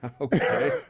Okay